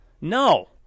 No